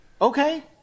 Okay